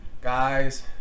Guys